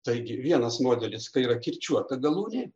taigi vienas modelis kai yra kirčiuota galūnė